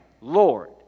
Lord